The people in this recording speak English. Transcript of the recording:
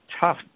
tough